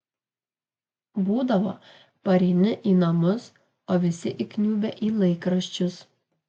būdavo pareini į namus o visi įkniubę į laikraščius